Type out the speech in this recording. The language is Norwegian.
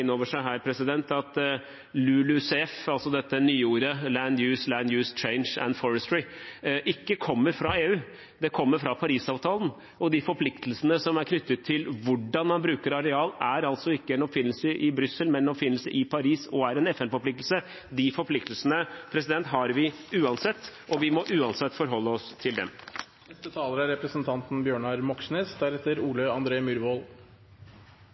over seg at LULUCF – altså dette nyordet som står for «Land Use, Land-Use Change and Forestry» – ikke kommer fra EU. Det kommer fra Parisavtalen, og de forpliktelsene som er knyttet til hvordan man bruker areal, er altså ikke en oppfinnelse i Brussel, men en oppfinnelse i Paris og en FN-forpliktelse. De forpliktelsene har vi uansett, og vi må uansett forholde oss til